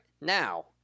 Now